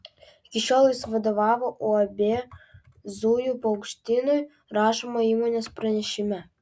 iki šiol jis vadovavo uab zujų paukštynui rašoma įmonės pranešime